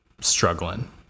struggling